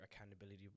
accountability